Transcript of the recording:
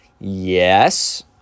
yes